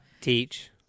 Teach